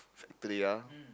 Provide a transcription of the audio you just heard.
three ya